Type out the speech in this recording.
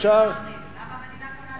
למה המדינה קונה דולרים?